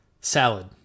Salad